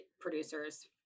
producers